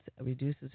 reduces